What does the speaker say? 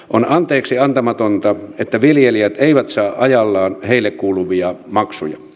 on anteeksiantamatonta että viljelijät eivät saa ajallaan heille kuuluvia maksuja